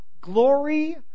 Glory